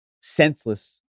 senseless